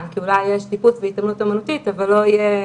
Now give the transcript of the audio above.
כי אולי יש התעמלות וטיפוס אמנותית אבל לא יהיה